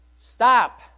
Stop